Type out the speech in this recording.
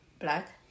black